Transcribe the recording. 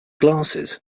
glasses